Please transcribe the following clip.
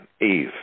Eve